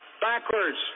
backwards